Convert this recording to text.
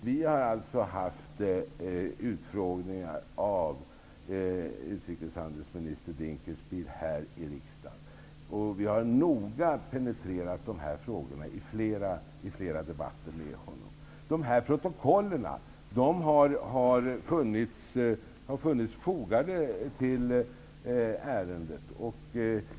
Fru talman! Vi har haft utfrågningar med utrikeshandelsminister Dinkelspiel här i riksdagen. Vi har noga penetrerat dessa frågor i flera debatter med honom. Dessa protokoll har funnits fogade till ärendet.